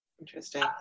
Interesting